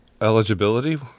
Eligibility